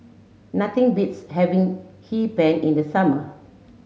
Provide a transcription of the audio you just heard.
nothing beats having Hee Pan in the summer